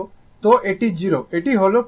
তো এটি 0 এটি হল π আর এটি 2 π